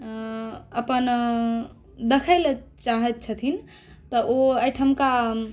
अपन दखै लऽ चाहै छथिन तऽ ओ अइठमका